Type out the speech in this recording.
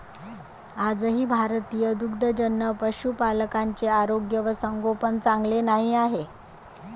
आजही भारतीय दुग्धजन्य पशुपालकांचे आरोग्य व संगोपन चांगले नाही आहे